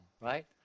right